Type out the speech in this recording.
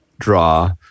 draw